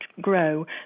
grow